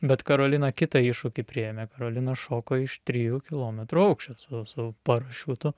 bet karolina kitą iššūkį priėmė karolina šoko iš trijų kilometrų aukščio su su parašiutu